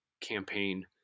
campaign